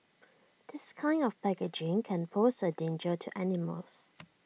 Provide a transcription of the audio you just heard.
this kind of packaging can pose A danger to animals